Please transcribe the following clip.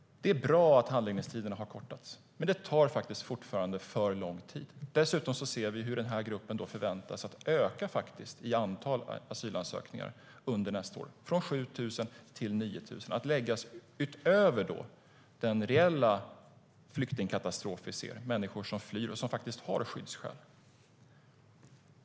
Det är bra att handläggningstiderna har kortats, men det tar fortfarande alltför lång tid. Dessutom ser vi hur gruppen med antalet asylsökande förväntas öka under nästa år från 7 000 till 9 000, detta utöver den reella flyktingkatastrof vi ser, människor som flyr och som verkligen har skyddsskäl.